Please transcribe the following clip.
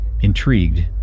Intrigued